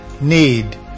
need